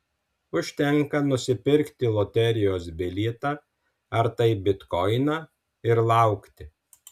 užtenka nusipirkti loterijos bilietą ar tai bitkoiną ir laukti